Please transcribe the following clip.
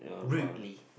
rudely